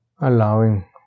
allowing